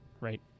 right